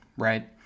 Right